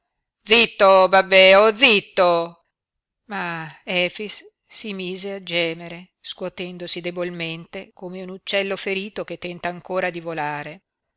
zitto babbeo zitto ma efix si mise a gemere scuotendosi debolmente come un uccello ferito che tenta ancora di volare